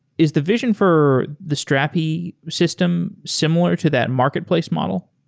is the vision for the strapi system similar to that marketplace model?